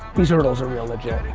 these hurdles are real legit.